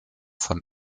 von